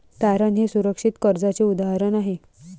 तारण हे सुरक्षित कर्जाचे उदाहरण आहे